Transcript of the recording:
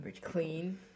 clean